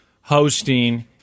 hosting